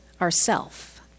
ourself